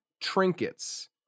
trinkets